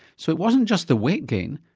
so it wasn't just the weight gain,